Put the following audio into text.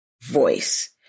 voice